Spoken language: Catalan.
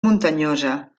muntanyosa